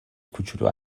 کوچولو